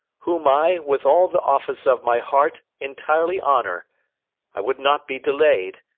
whom i, with all the office of my heart, entirely honour i would not be delay'd.